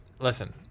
listen